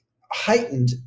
heightened